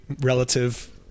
relative